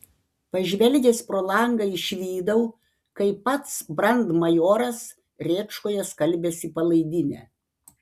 pažvelgęs pro langą išvydau kaip pats brandmajoras rėčkoje skalbiasi palaidinę